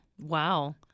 Wow